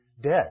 dead